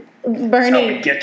bernie